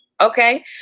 Okay